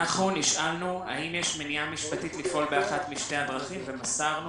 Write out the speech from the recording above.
נשאלנו האם יש מניעה משפטית לפעול באחת משתי הדרכים ומסרנו